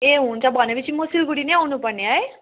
ए हुन्छ भनेपछि म सिलगढी नै आउनुपर्ने है